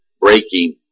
breaking